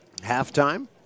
Halftime